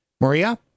Maria